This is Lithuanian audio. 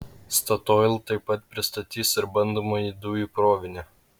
statoil taip pat pristatys ir bandomąjį dujų krovinį